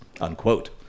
Unquote